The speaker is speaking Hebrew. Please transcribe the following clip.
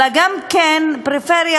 אלא על-פי רוב גם פריפריה